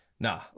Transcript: nah